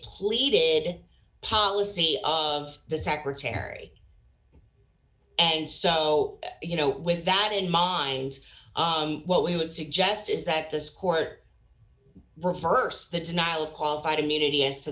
pleaded policy of the secretary and so you know with that in mind what we would suggest is that this court reverse that denial of qualified immunity a